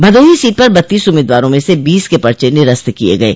Bhadohi seat पर बत्तीस उम्मीदवारों में से बीस के पर्चे निरस्त किये गये